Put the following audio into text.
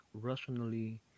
rationally